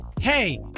hey